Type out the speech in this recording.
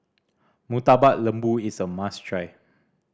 Murtabak Lembu is a must try